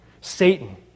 Satan